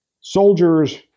soldiers